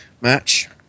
match